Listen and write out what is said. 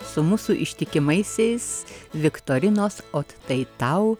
su mūsų ištikimaisiais viktorinos ot tai tau